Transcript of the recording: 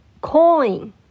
coin